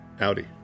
Audi